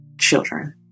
children